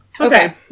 Okay